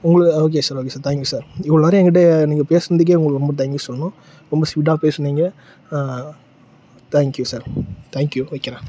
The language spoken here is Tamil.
உங்களுக்கு okay sir okay sir thank you sir இவ்வளோ நேரம் எங்கிட்டே நீங்கள் பேசினதுக்கே உங்களுக்கு ரொம்ப தேங்க்யூ சொல்லணும் ரொம்ப ஸ்வீட்டாக பேசுனிங்க தேங்க்யூ சார் தேங்க்யூ வைக்கிறேன்